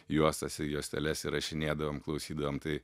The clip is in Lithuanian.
juostas į juosteles įrašinėdavom klausydavom tai